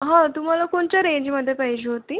हो तुम्हाला कोणच्या रेंजमध्ये पाहिजे होती